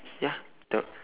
ya the